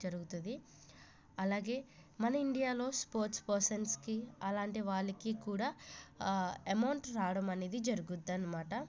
జరుగుతుంది అలాగే మన ఇండియాలో స్పోర్ట్స్ పర్సన్స్ కి అలాంటి వాళ్ళకి కూడా అమౌంట్ రావడం అనేది జరుగుద్ది అన్నమాట